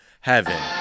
heaven